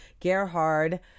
gerhard